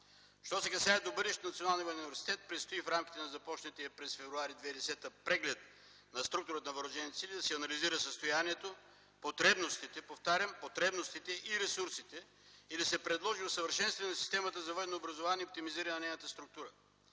Що се касае до бъдещето на Националния военен университет предстои в рамките на започнатия през м. февруари 2010 г. преглед на структурата на въоръжените сили да се анализира състоянието, потребностите, повтарям – потребностите, и ресурсите и да се предложи усъвършенстване на системата за военно образование и оптимизиране на нейната структура.